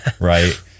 right